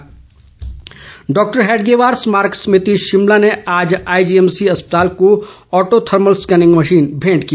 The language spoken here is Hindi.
हैडगेवार समिति डॉक्टर हेडगेवार स्मारक समिति शिमला ने आज आईजीएमसी अस्पताल को ओटो थर्मल स्केनिंग मशीन भेंट की